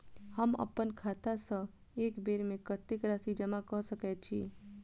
हम अप्पन खाता सँ एक बेर मे कत्तेक राशि जमा कऽ सकैत छी?